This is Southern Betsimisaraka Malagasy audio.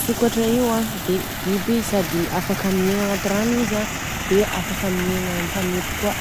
Sokatra io a dia biby sady afaka miegna agnaty rano izy a dia afaka miegna antanety koa.